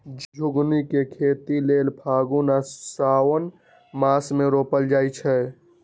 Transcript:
झिगुनी के खेती लेल फागुन आ साओंन मासमे रोपल जाइ छै